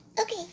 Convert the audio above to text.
Okay